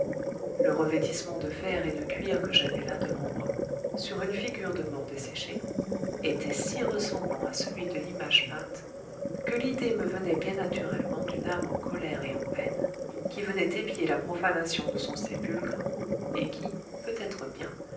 le revêtissement de fer et de cuir que j'avais là devant moi sur une figure de mort desséchée était si ressemblant à celui de l'image peinte que l'idée me venait bien naturellement d'une âme en colère et en peine qui venait épier la profanation de son sépulcre et qui peut-être bien